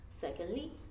secondly